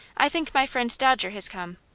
i think my friend dodger has come.